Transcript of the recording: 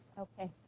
okay,